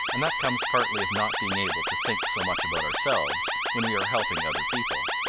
and that comes partly of not being able to think so much about ourselves when we are helping other people.